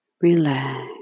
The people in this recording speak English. relax